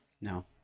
No